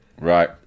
Right